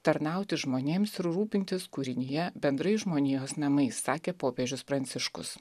tarnauti žmonėms ir rūpintis kūrinija bendrais žmonijos namai sakė popiežius pranciškus